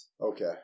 Okay